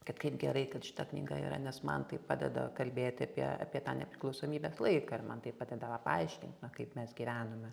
kad kaip gerai kad šita knyga yra nes man tai padeda kalbėti apie apie tą nepriklausomybės laiką ir man tai padeda va paaiškinti na kaip mes gyvenome